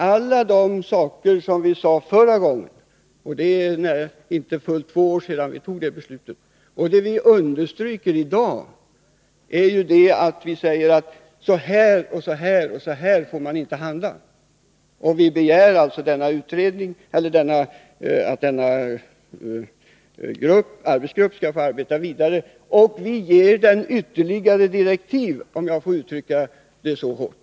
Allt vad vi sade förra gången — det är inte fullt två år sedan vi tog beslutet — understryker vi i dag. Vi säger, att så här får man inte handla. Vi har alltså begärt att arbetsgruppen skall få arbeta vidare, och vi ger den ytterligare direktiv — om jag får uttrycka det så hårt.